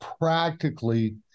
practically